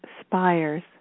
spires